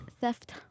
theft